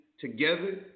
together